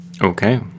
Okay